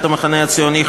מסיעת המחנה הציוני,